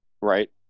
Right